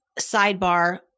sidebar